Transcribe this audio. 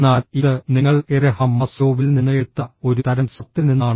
എന്നാൽ ഇത് നിങ്ങൾ എബ്രഹാം മാസ്ലോവിൽ നിന്ന് എടുത്ത ഒരു തരം സത്തിൽ നിന്നാണ്